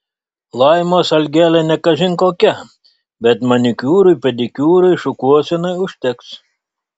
laimos algelė ne kažin kokia bet manikiūrui pedikiūrui šukuosenai užteks